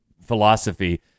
philosophy